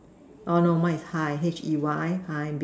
uh no mine is hi H E Y hi Bill